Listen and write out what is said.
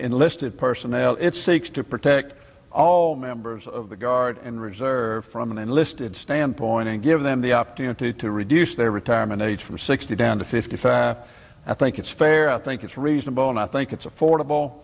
enlisted personnel it seeks to protect all members of the guard and reserve from an enlisted standpoint and give them the opportunity to reduce their retirement age from sixty down to fifty i think it's fair i think it's reasonable and i think it's affordable